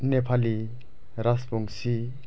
Nepali Rajbanshi